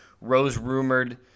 Rose-rumored